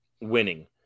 winning